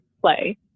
play